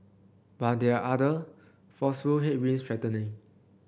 but there are other forceful headwinds threatening